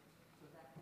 תודה,